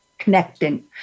Connecting